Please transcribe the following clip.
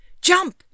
Jump